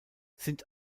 sind